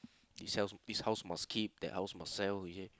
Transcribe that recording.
he says this house must keep that house must sell